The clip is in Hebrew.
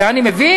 זה אני מבין.